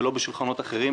ולא בשולחנות אחרים,